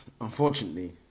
unfortunately